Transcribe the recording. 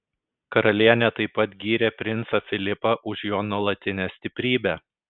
karalienė taip pat gyrė princą filipą už jo nuolatinę stiprybę